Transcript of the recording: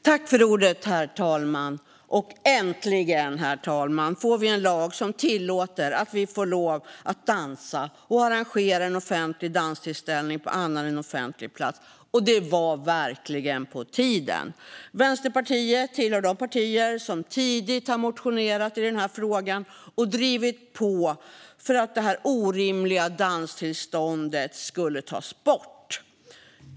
Herr talman! Äntligen, herr talman, får vi en lag som tillåter att vi får lov att dansa och arrangera en offentlig danstillställning på annan än offentlig plats. Det var verkligen på tiden. Vänsterpartiet tillhör de partier som tidigt har motionerat i denna fråga och drivit på för att det orimliga danstillståndet ska tas bort.